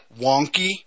wonky